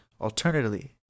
Alternatively